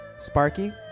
Sparky